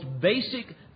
basic